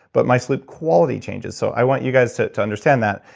but my sleep quality changes. so i want you guys to to understand that,